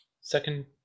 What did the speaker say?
second